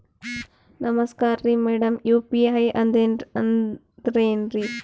ನಮಸ್ಕಾರ್ರಿ madam UPI ಅಂದ್ರೆನ್ರಿ?